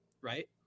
right